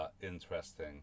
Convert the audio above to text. interesting